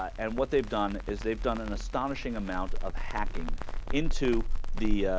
and what they've done is they've done an astonishing amount of hacking into the ah.